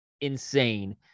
insane